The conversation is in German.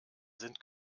sind